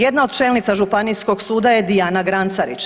Jedna od čelnica Županijskog suda je Dijana Grancarić.